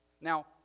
Now